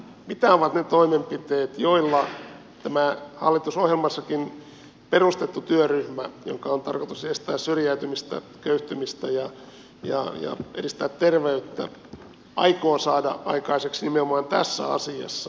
mitä ovat ne toimenpiteet joilla tämä hallitusohjelmassakin perustettu työryhmä jonka on tarkoitus estää syrjäytymistä köyhtymistä ja edistää terveyttä aikoo saada aikaiseksi nimenomaan tässä asiassa